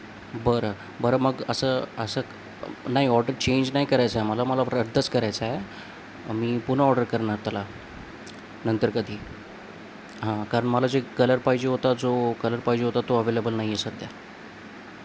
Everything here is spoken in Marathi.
बरं बरं मग असं असं नाही ऑर्डर चेंज नाही करायचं आहे मला मला ऑ रद्दच करायचं आहे मी पुन्हा ऑर्डर करणार त्याला नंतर कधी हां कारण मला जे कलर पाहिजे होता जो कलर पाहिजे होता तो अवेलेबल नाही आहे सध्या